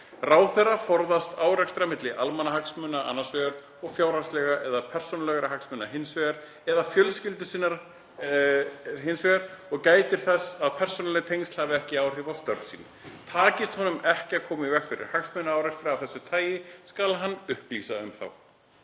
„Ráðherra forðast árekstra milli almannahagsmuna annars vegar og fjárhagslegra eða persónulegra hagsmuna sinna eða fjölskyldu sinnar hins vegar og gætir þess að persónuleg tengsl hafi ekki áhrif á störf sín. Takist honum ekki að koma í veg fyrir hagsmunaárekstra af þessu tagi skal hann upplýsa um þá.“